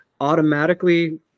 automatically